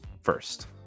first